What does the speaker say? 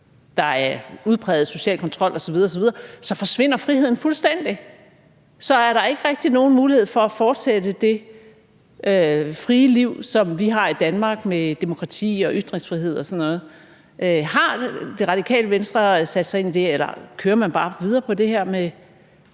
der er udpræget social kontrol osv. osv., så forsvinder friheden fuldstændig? Så er der ikke rigtig nogen mulighed for at fortsætte det frie liv, som vi har i Danmark med demokrati og ytringsfrihed og sådan noget. Har Radikale Venstre sat sig ind i det, eller kører man bare videre på det her med